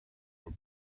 were